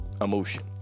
emotion